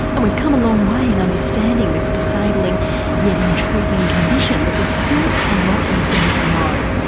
and we've come a long way in understanding this disabling yet intriguing condition but there's still a lot we don't know.